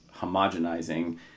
homogenizing